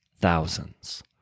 thousands